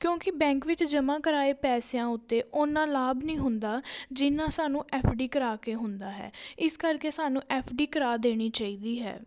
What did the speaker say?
ਕਿਉਂਕਿ ਬੈਂਕ ਵਿੱਚ ਜਮ੍ਹਾਂ ਕਰਵਾਏ ਪੈਸਿਆਂ ਉੱਤੇ ਓਨਾ ਲਾਭ ਨਹੀਂ ਹੁੰਦਾ ਜਿੰਨਾ ਸਾਨੂੰ ਐੱਫ ਡੀ ਕਰਵਾ ਕੇ ਹੁੰਦਾ ਹੈ ਇਸ ਕਰਕੇ ਸਾਨੂੰ ਐੱਫ ਡੀ ਕਰਵਾ ਦੇਣੀ ਚਾਹੀਦੀ ਹੈ